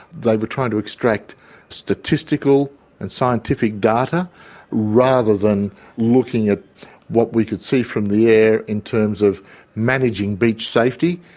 they were trying to extract statistical and scientific data rather than looking at what we could see from the air. in terms of managing beach safety,